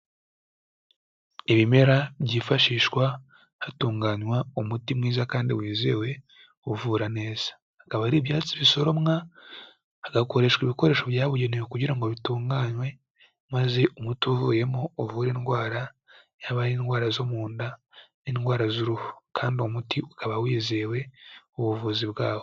Ibimera byifashishwa hatunganywa umuti mwiza kandi wizewe, uvura neza. Akaba ari ibyatsi bisoromwa, hagakoreshwa ibikoresho byabugenewe kugira ngo bitunganywe, maze umuti uvuyemo, uvure indwara, yaba ari indwara zo mu nda, n'indwara z'uruhu. Kandi uwo muti ukaba wizewe ubuvuzi bwawo.